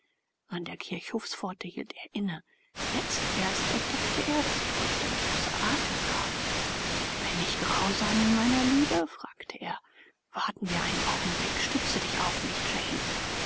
an der kirchhofspforte hielt er inne jetzt erst entdeckte er daß ich vollständig außer atem war bin ich grausam in meiner liebe fragte er warten wir einen augenblick stütze dich auf mich